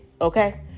okay